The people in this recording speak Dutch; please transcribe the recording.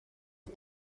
het